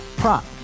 Prop